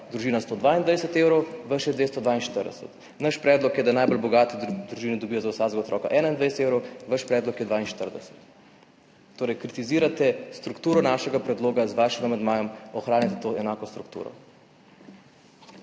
družina 122 evrov, vaš je 242. Naš predlog je, da najbolj bogate družine dobijo za vsakega otroka 21 evrov, vaš predlog je 42. Kritizirate strukturo našega predloga z vašim amandmajem, ohranite pa to enako strukturo.